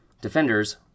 defenders